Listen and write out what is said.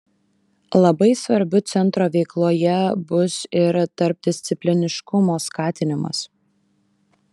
labai svarbiu centro veikloje bus ir tarpdiscipliniškumo skatinimas